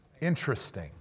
Interesting